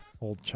Old